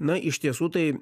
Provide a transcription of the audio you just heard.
na iš tiesų tai